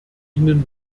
ihnen